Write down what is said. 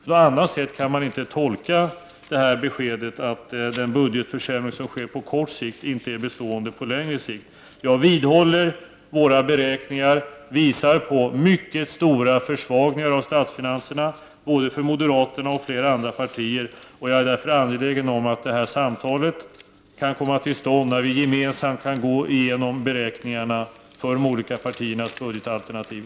På annat sätt kan man inte tolka beskedet att den budgetförsämring som sker på kort sikt inte är bestående på längre sikt. Jag vidhåller att våra beräkningar visar på mycket stora försvagningar av statsfinanserna, från moderaterna och flera andra partier. Jag är därför angelägen att de samtal som jag har inbjudit till kan komma till stånd, så att vi gemensamt kan gå igenom beräkningarna för de olika partiernas budgetalternativ.